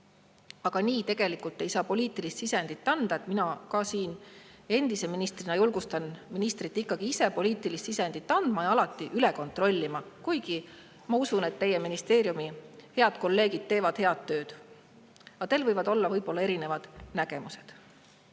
Aga nii tegelikult ei saa poliitilist sisendit anda. Mina endise ministrina julgustan ministrit ikkagi ise poliitilist sisendit andma ja alati üle kontrollima, kuigi ma usun, et teie ministeeriumi head kolleegid teevad head tööd. Aga teil võivad olla erinevad nägemused.